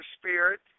Spirit